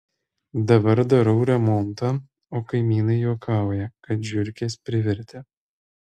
dabar darau remontą o kaimynai juokauja kad žiurkės privertė